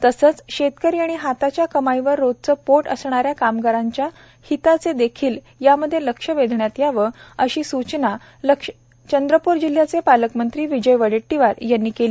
तसेच शेतकरी आणि हातच्या कमाईवर रोजचे पोट असणाऱ्या कामगारांच्या हिताचे देखील यामध्ये लक्ष वेधण्यात यावे अशी सूचना चंद्रपूर जिल्ह्याचे पालक मंत्री विजय वडेट्टीवार यांनी केली